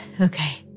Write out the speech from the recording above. Okay